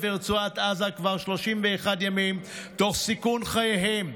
ורצועת עזה כבר 31 ימים תוך סיכון חייהם.